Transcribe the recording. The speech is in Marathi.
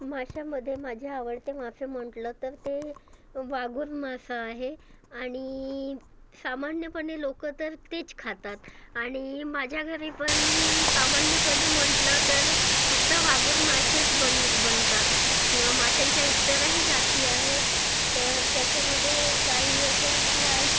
माशांमध्ये माझे आवडते मासे म्हटलं तर ते वाघूर मासा आहे आणि सामान्यपणे लोक तर तेच खातात आणि माझ्या घरी पण सामान्यपणे म्हटलं तर फक्त वाघूर मासेच बन बनतात माशांच्या इतरही जाती आहेत तर त्याच्यामधे काही अशा फ्राय